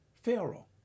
Pharaoh